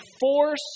force